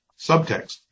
subtext